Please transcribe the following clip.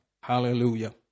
Hallelujah